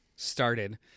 started